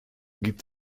gibt